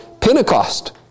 Pentecost